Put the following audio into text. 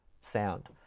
sound